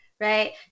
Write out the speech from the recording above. right